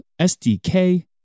SDK